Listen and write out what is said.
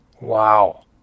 Wow